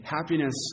happiness